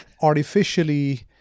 artificially